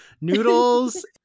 noodles